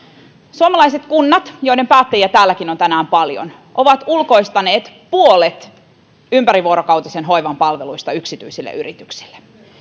suomalaiset kunnat joiden päättäjiä täälläkin on tänään paljon ovat ulkoistaneet puolet ympärivuorokautisen hoivan palveluista yksityisille yrityksille